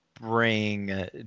bring